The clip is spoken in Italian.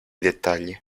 dettagli